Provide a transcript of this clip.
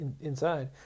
inside